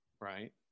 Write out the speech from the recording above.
Right